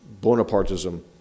Bonapartism